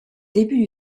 début